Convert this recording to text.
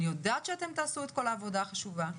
אני יודעת שאתם תעשו את כל העבודה החשובה.